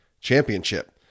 championship